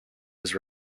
was